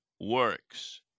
works